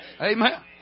Amen